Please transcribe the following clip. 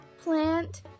plant